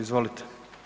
Izvolite.